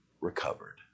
recovered